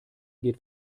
geht